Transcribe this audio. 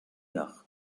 york